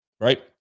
right